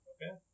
Okay